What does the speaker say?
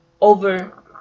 over